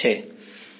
વિધાર્થી